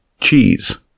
cheese